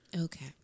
Okay